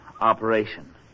operation